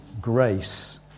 grace